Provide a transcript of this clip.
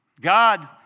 God